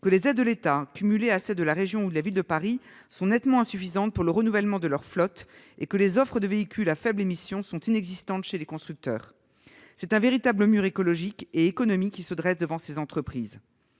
que les aides de l'État, même cumulées à celles de la région et de la Ville de Paris, sont nettement insuffisantes pour le renouvellement de leurs flottes et que les offres de véhicules à faibles émissions sont inexistantes chez les constructeurs. C'est un véritable mur écologique et économique qui se dresse devant ces entreprises.